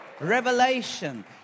Revelation